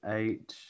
eight